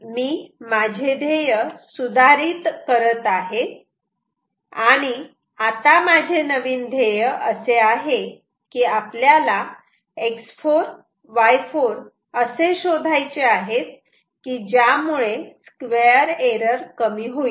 मी माझे ध्येय सुधारित करत आहे आणि आता माझे नवीन ध्येय असे आहे की आपल्याला X4Y4 असे शोधायचे आहेत की ज्यामुळे स्क्वेअर एरर कमी होईल